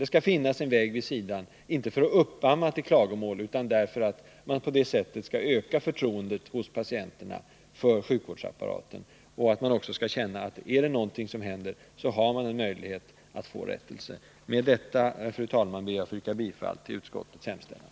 Det skall finnas en väg vid sidan om, inte för att uppamma till klagomål utan för att man på det sättet skall öka patienternas förtroende för sjukvårdsapparaten. Patienterna skall känna att är det någonting som händer, har de en möjlighet att få rättelse. Med detta, fru talman, ber jag att få yrka bifall till utskottets hemställan.